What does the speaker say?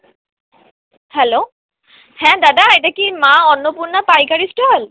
hello হ্যাঁ দাদা এটা কি মা অন্নপূর্ণা পাইকারি স্টল